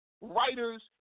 writers